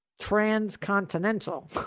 transcontinental